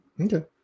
Okay